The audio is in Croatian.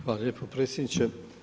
Hvala lijepa predsjedniče.